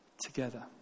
together